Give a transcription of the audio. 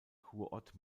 kurort